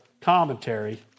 commentary